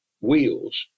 wheels